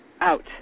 out